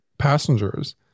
passengers